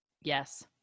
Yes